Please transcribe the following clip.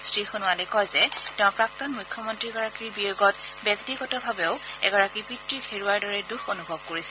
শ্ৰীসোণোৱালে কয় যে তেওঁ প্ৰাক্তন মৃখ্যমন্ত্ৰীগৰাকীৰ বিয়োগত ব্যক্তিগতভাৱেও এগৰাকী পিতৃক হেৰুওৱাৰ দৰে দুখ অনুভৱ কৰিছে